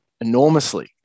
enormously